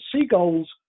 seagulls